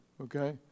okay